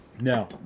No